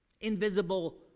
invisible